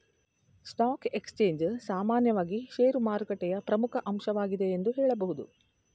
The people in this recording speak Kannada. ಸ್ಟಾಕ್ ಎಕ್ಸ್ಚೇಂಜ್ ಸಾಮಾನ್ಯವಾಗಿ ಶೇರುಮಾರುಕಟ್ಟೆಯ ಪ್ರಮುಖ ಅಂಶವಾಗಿದೆ ಎಂದು ಹೇಳಬಹುದು